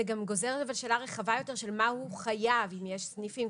זה גם גוזר שאלה רחבה יותר של מה הוא חייב אם יש סניפים.